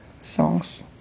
songs